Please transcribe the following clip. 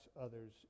others